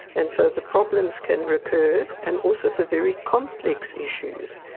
and so the problems can recur. and also for very complex issues,